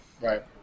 Right